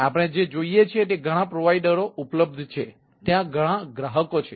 તેથી આપણે જે જોઈએ છીએ તે ઘણા પ્રોવાઇડરઓ ઉપલબ્ધ છે ત્યાં ઘણા ગ્રાહકો છે